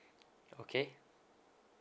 okay